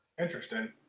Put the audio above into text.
Interesting